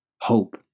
hope